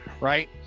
right